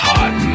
Hot